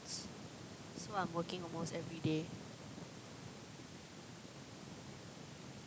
so I'm working almost everyday